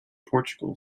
portugal